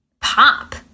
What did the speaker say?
Pop